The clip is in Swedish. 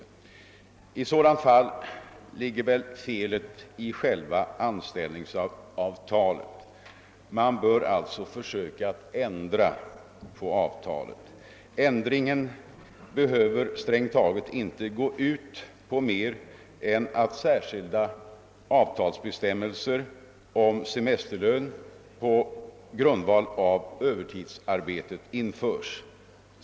I ett sådant fall ligger väl felet i själva anställningsavtalet, och man bör då alltså försöka ändra avtalet. Ändringen behöver strängt taget inte gå ut på mer än att särskilda avtalsbestämmelser om semesterlön på grundval av övertidsarbete införs.